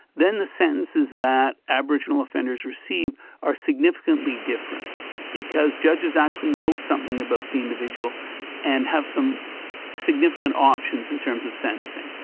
then the sentences that aboriginal offenders receive are significantly different because judges actually know something about the individual and have some significant options in terms of sentencing.